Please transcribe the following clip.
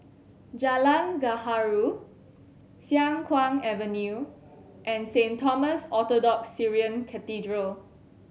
Jalan Gaharu Siang Kuang Avenue and Saint Thomas Orthodox Syrian Cathedral